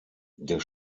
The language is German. der